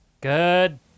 good